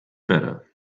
better